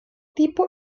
tipo